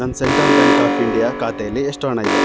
ನನ್ನ Central Bank of India ಖಾತೆಲಿ ಎಷ್ಟು ಹಣ ಇದೆ